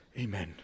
Amen